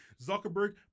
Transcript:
Zuckerberg